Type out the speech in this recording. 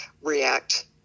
react